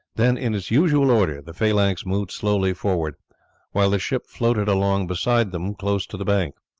then in its usual order the phalanx moved slowly forward while the ship floated along beside them close to the bank.